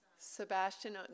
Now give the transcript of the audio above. Sebastian